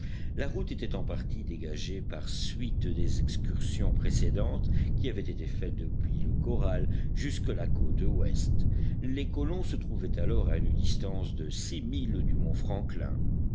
la route était en partie dégagée par suite des excursions précédentes qui avaient été faites depuis le corral jusqu'à la côte ouest les colons se trouvaient alors à une distance de six milles du mont franklin